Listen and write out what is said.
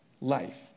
life